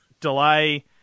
Delay